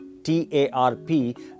TARP